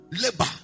labor